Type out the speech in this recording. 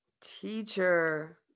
teacher